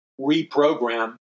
reprogram